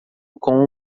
com